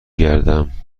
گردم